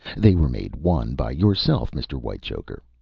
they were made one by yourself, mr. whitechoker.